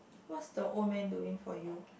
what's the old man doing for you